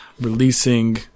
releasing